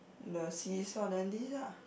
the seesaw then this lah